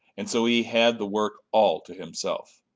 and so he had the work all to himself.